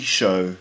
show